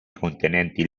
contenenti